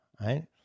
right